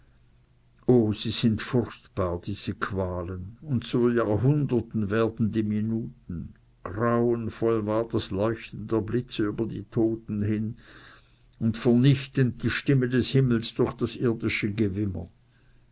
o sie sind furchtbar diese qualen und zu jahrhunderten werden die minuten grauenvoll war das leuchten der blitze über die toten hin und vernichtend die stimme des himmels durch das irdische gewimmer